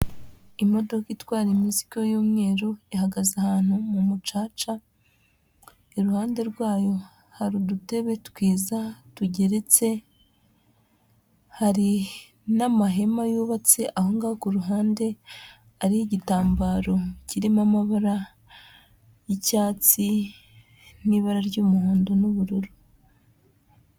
Imodoka itwara imizigo y'umweru ihagaze ahantu mu mucaca, iruhande rwayo hari udutebe twiza tugeretse, hari n'amahema yubatse aho nga ku uruhande ariho igitambaro kirimo amabara y'icyatsi n'ibara ry'umuhondo n'ubururu.